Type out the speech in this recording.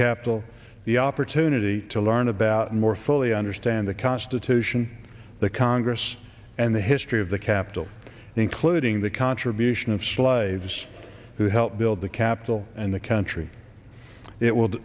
capital the opportunity to learn about more fully understand the constitution the congress and the history of the capital including the contribution of slaves who helped build the capitol and the country it will